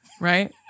Right